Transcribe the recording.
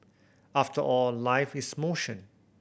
after all life is motion